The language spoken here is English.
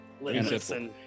Listen